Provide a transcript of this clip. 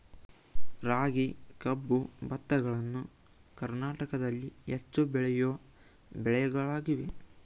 ರಾಗಿ, ಕಬ್ಬು, ಭತ್ತಗಳನ್ನು ಕರ್ನಾಟಕದಲ್ಲಿ ಹೆಚ್ಚು ಬೆಳೆಯೋ ಬೆಳೆಗಳಾಗಿವೆ